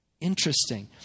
Interesting